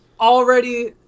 Already